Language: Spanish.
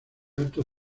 alto